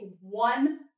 one